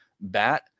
bat